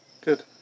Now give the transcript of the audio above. Good